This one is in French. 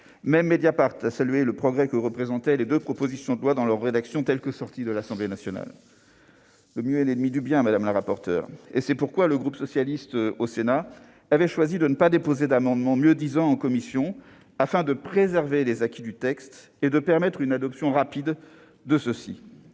Même Mediapart a salué le progrès que représentaient les deux propositions de loi dans leur rédaction issue de l'Assemblée nationale. Le mieux étant l'ennemi du bien, madame la rapporteure, le groupe socialiste du Sénat a choisi de ne pas déposer d'amendements mieux-disants en commission, afin de préserver les acquis du texte et de permettre une adoption rapide de celui-ci.